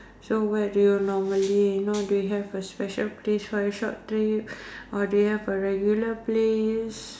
so where do you normally know do you have a special place for your short trip or do you have a regular place